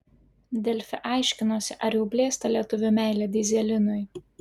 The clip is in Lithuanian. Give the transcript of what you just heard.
delfi aiškinosi ar jau blėsta lietuvių meilė dyzelinui